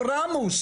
150 תלמידים,